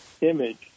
image